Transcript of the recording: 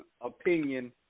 opinion